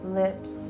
lips